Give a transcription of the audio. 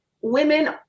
women